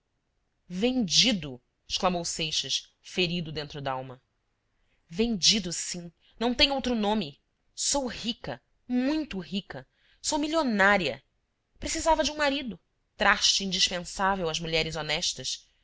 vendido vendido exclamou seixas ferido dentro dalma vendido sim não tem outro nome sou rica muito rica sou milionária precisava de um marido traste indispensável às mulheres honestas